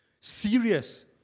serious